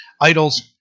idols